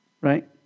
Right